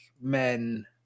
men